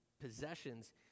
possessions